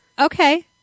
Okay